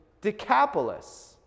Decapolis